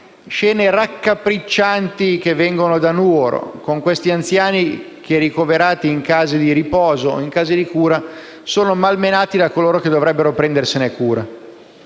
scene raccapriccianti che vengono da Nuoro, con questi anziani che, ricoverati in case di riposo o in case di cura, sono malmenati da coloro che dovrebbero prendersene cura.